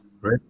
right